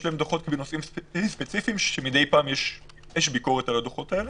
יש להם דוחות בנושאים ספציפיים שמדי פעם יש ביקורת עליהם,